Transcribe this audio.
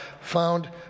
found